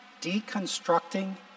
deconstructing